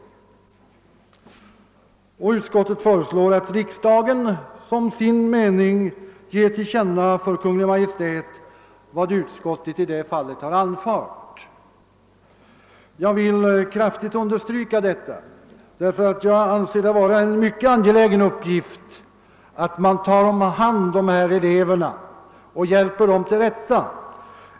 Utskottet föreslår att riksdagen som sin mening ger till känna för Kungl. Maj:t vad utskottet i detta fall anfört. Jag vill kraftigt understryka detta utskottets uttalande. Jag anser det vara en mycket angelägen uppgift att ta hand om dessa elever och hjälpa dem till rätta.